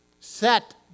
Set